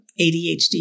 ADHD